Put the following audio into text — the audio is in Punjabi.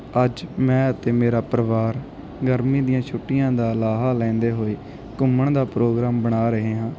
ਅੱਜ ਮੈਂ ਅਤੇ ਮੇਰਾ ਪਰਿਵਾਰ ਗਰਮੀ ਦੀਆਂ ਛੁੱਟੀਆਂ ਦਾ ਲਾਹਾ ਲੈਂਦੇ ਹੋਏ ਘੁੰਮਣ ਦਾ ਪ੍ਰੋਗਰਾਮ ਬਣਾ ਰਹੇ ਹਾਂ